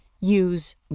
Use